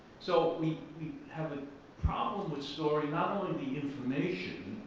so we have a problem with storing, not only the information,